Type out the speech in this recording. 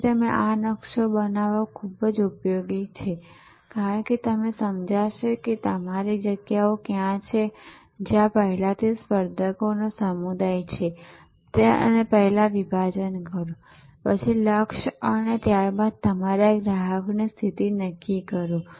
તેથી અને આ નકશો બનાવવો ખૂબ જ ઉપયોગી છે કારણ કે તે તમને સમજાવે છે કે તમારી જગ્યાઓ ક્યાં છે જ્યાં પહેલાથી જ સ્પર્ધકોના સમુદાય છે અને પેલા વિભાજન કરો પછી લક્ષ્ય અને ત્યાર બાદ તમારા ગ્રાહક ની સ્થિતિ નક્કી કરો